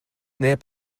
neb